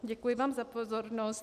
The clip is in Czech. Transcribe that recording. Děkuji vám za pozornost.